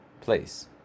place